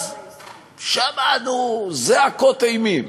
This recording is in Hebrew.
אז שמענו זעקות אימים.